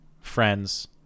Friends